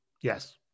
Yes